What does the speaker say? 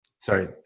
Sorry